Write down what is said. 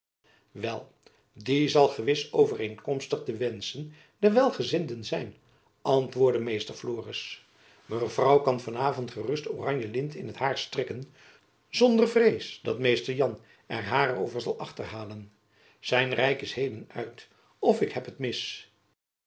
wel die zal gewis overeenkomstig de wenschen der welgezinden zijn antwoordde meester florisz mevrouw kan van avond gerust oranje lint in t hair strikken zonder vrees dat mr jan er haar over zal achterhalen zijn rijk is heden uit of ik heb het mis